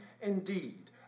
indeed